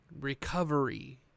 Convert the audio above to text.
recovery